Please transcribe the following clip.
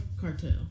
cartel